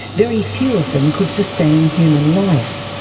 very few of them could sustain human life.